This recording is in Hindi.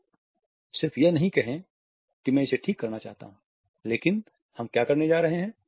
लोग सिर्फ यह नहीं कहें कि मैं इसे ठीक करना चाहता हूं लेकिन हम क्या करने जा रहे हैं